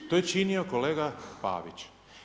To je činio kolega Pavić.